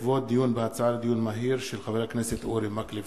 הצעתו של חבר הכנסת אורי מקלב.